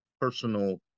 personal